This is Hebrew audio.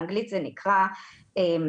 באנגלית זה נקרא PAT,